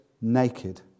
naked